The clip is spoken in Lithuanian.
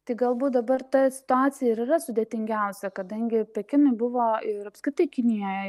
tai galbūt dabar ta situacija ir yra sudėtingiausia kadangi pekinui buvo ir apskritai kinijoj